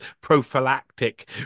prophylactic